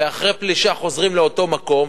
ואחרי פלישה חוזרים לאותו מקום.